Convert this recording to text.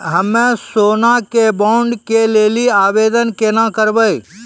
हम्मे सोना के बॉन्ड के लेली आवेदन केना करबै?